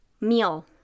meal